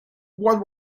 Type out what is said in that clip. what